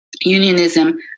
unionism